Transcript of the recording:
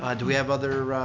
um do we have other.